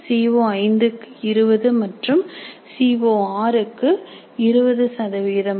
co5 க்கு 20 மற்றும் CO6 க்கு 20 சதவிகிதம்